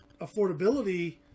affordability